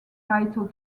title